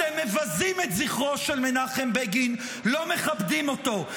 אתם מבזים את זכרו של מנחם בגין, לא מכבדים אותו.